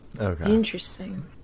Interesting